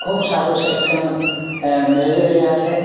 ખૂબ સારું શિક્ષણ મેળવી રહ્યા છે